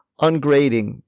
ungrading